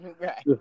Right